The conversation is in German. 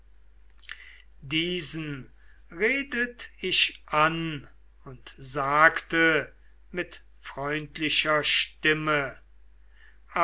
diesen redet ich an und sagte mit freundlicher stimme